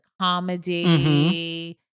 comedy